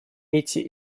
эти